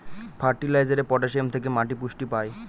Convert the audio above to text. ফার্টিলাইজারে পটাসিয়াম থেকে মাটি পুষ্টি পায়